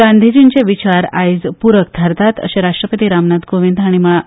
गांधीजीचे विचार आयज पूरक थारतात अशे राष्ट्रपती रामनाथ कोविंद हांणी म्हळां